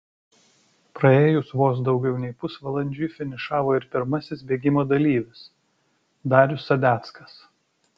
praėjus vos daugiau nei pusvalandžiui finišavo ir pirmasis bėgimo dalyvis darius sadeckas